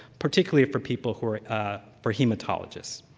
particularly for people who are for hematologists.